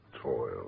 toil